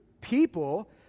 people